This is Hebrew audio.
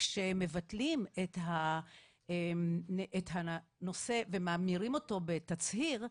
כאשר מבטלים את הנושא וממירים אותו בתצהירים,